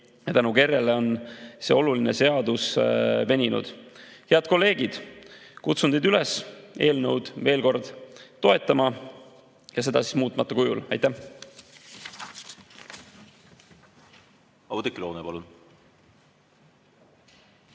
tõttu on see oluline seadus veninud. Head kolleegid, kutsun teid üles eelnõu veel kord toetama ja seda muutmata kujul. Aitäh!